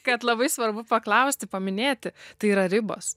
kad labai svarbu paklausti paminėti tai yra ribos